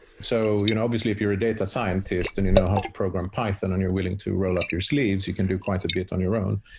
so obviously, if you're a data scientist and you know how to program python and you're willing to roll up your sleeves, you can do quite a bit on your own.